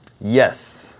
Yes